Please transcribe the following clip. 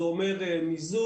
זה אומר מיזוג,